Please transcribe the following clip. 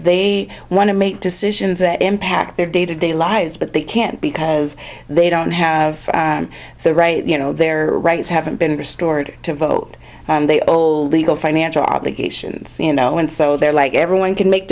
they want to make decisions that impact their day to day lives but they can't because they don't have the right you know their rights haven't been restored to vote they old legal financial obligations you know and so they're like everyone can make